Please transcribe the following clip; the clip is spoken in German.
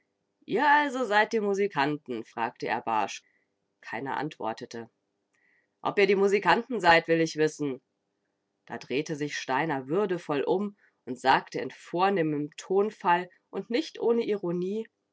ihr also seid die musikanten fragte er barsch keiner antwortete ob ihr die musikanten seid will ich wissen da drehte sich steiner würdevoll um und sagte in vornehmem tonfall und nicht ohne ironie